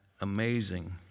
amazing